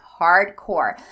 hardcore